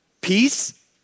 peace